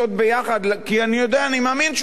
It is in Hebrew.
כי אני יודע, אני מאמין שהוא רוצה יותר.